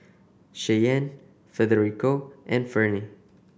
Cheyenne Federico and Ferne